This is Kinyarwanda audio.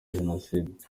jenoside